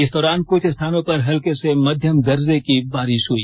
इस दौरान कुछ स्थानों पर हल्के से मध्यम दर्जे की बारिश हुई